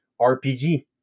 RPG